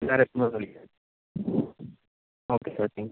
sir എത്തുമ്പം ഒന്ന് വിളിക്ക് ഓക്കെ സാർ താങ്ക് യു